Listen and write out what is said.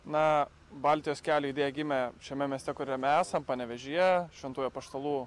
na baltijos kelio idėja gimė šiame mieste kuriame esam panevėžyje šventųjų apaštalų